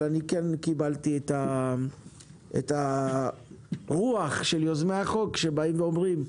אבל כן קיבלתי את הרוח של יוזמי החוק שבאים ואומרים: